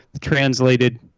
translated